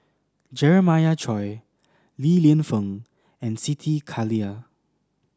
Jeremiah Choy Li Lienfung and Siti Khalijah